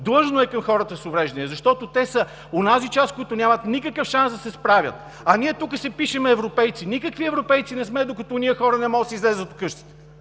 длъжно е към хората с увреждания, защото те са онази част, която няма никакъв шанс да се справи, а ние тук се пишем европейци. Никакви европейци не сме, докато онези хора не мога да излязат от къщите